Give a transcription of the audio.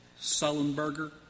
Sullenberger